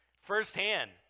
firsthand